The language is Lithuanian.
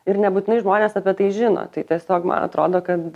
ir nebūtinai žmonės apie tai žino tai tiesiog man atrodo kad